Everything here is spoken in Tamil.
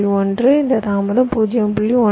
1 இந்த தாமதம் 0